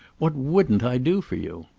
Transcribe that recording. what wouldn't i do for you?